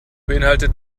beinhaltet